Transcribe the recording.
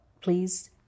please